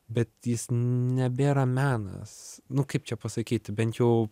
bet jis nebėra menas nu kaip čia pasakyti bent jau